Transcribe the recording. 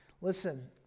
Listen